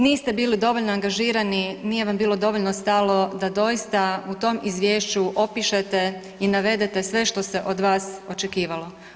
Niste bili dovoljno angažirani, nije vam bilo dovoljno stalo da doista u tom izvješću opišete i navedete sve što se od vas očekivalo.